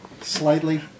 Slightly